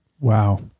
Wow